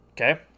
Okay